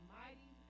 mighty